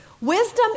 Wisdom